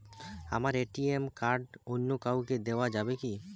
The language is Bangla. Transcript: আমার এ.টি.এম কার্ড অন্য কাউকে দেওয়া যাবে কি?